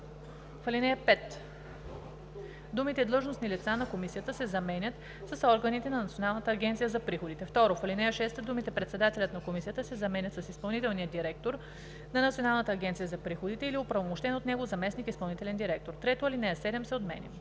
В ал. 5 думите „длъжностни лица на Комисията“ се заменят с „органите на Националната агенция за приходите“. 2. В ал. 6 думите „председателят на Комисията“ се заменят с „изпълнителният директор на Националната агенция за приходите или оправомощен от него заместник изпълнителен директор“. 3. Алинея 7 се отменя.“